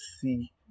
see